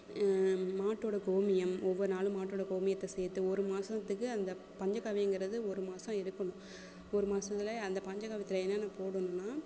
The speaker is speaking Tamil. மாட்டோட கோமியம் ஒவ்வொரு நாளும் மாட்டோட கோமியத்தை சேர்த்து ஒரு மாதத்துக்கு அந்த பஞ்சகாவியங்கிறது ஒரு மாதம் இருக்கணும் ஒரு மாசத்தில் அந்த பஞ்சகாவியத்தில் என்னென்ன போடணும்னா